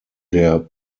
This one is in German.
der